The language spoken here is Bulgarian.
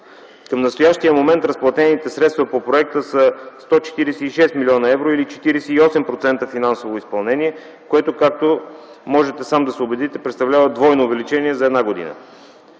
Към настоящия момент разплатените средства по проекта са 146 млн. евро или 48% финансово изпълнение, което както можете сам да се убедите, представлява двойно увеличение за една година.